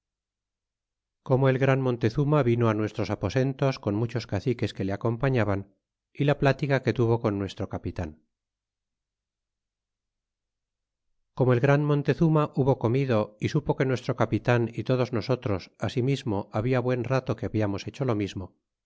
como el gran montezuma vino nuestros aposentos con muchos caciques que le acompanaban e la plática que tuvo con nuestro capitan como el gran montezuma hubo comido y supo que nuestro capitan y todos nosotros asimismo habia buen rato que hablamos hecho lo mismo